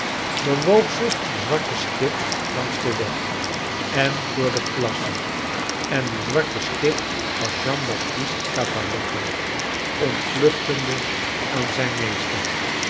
bewoog zich een zwarte stip langs den weg en door de plassen en die zwarte stip was jean baptist cavalletto ontvluchtende aan zijn meester